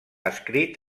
escrit